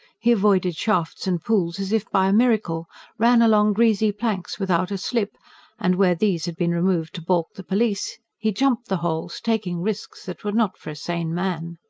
he avoided shafts and pools as if by a miracle ran along greasy planks without a slip and, where these had been removed to balk the police, he jumped the holes, taking risks that were not for a sane man.